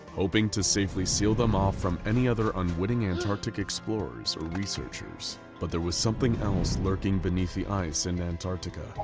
hoping to safely seal them off from any other unwitting antarctic explorers or researchers. but there was something else lurking beneath the ice in antarctica.